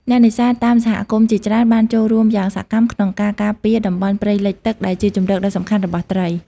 អ្នកនេសាទតាមសហគមន៍ជាច្រើនបានចូលរួមយ៉ាងសកម្មក្នុងការការពារតំបន់ព្រៃលិចទឹក ដែលជាជម្រកដ៏សំខាន់របស់ត្រី។